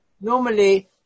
Normally